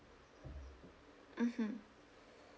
mmhmm